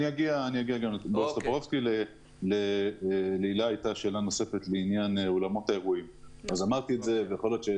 אענה קודם לשאלת הילה לגבי אולמות האירועים: אמרתי זאת קודם,